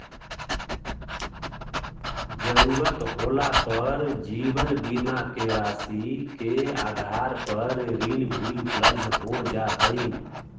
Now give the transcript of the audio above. ज़रूरत होला पर जीवन बीमा के राशि के आधार पर ऋण भी उपलब्ध हो जा हई